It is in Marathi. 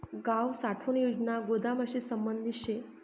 गाव साठवण योजना गोदामशी संबंधित शे